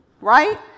right